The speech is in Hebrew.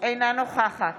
אינה נוכחת